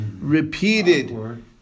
repeated